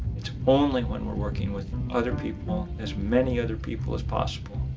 it's only when we're working with and other people, as many other people as possible,